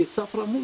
כי ספרא מונטעה.